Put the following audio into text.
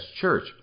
church